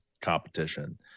competition